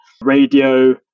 radio